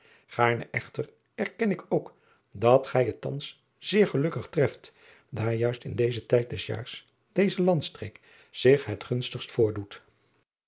aarne echter erken ik ook dat gij het thans zeer gelukkig treft daar juist in dezen tijd des jaars deze landstreek zich het gunstigst voordoet